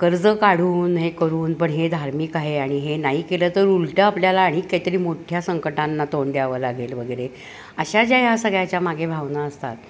कर्ज काढून हे करून पण हे धार्मिक आहे आणि हे नाही केलं तर उलटं आपल्याला आणिक काहीतरी मोठ्या संकटांना तोंड द्यावं लागेल वगैरे अशा ज्या ह्या सगळ्याच्या मागे भावना असतात